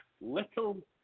little